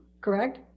correct